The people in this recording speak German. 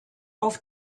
auf